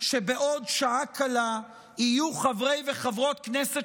שבעוד שעה קלה יהיו חברי וחברות כנסת